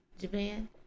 japan